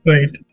Right